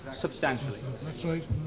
substantially